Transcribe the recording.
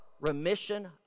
remission